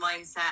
mindset